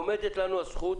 עומדת לנו הזכות